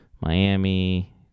Miami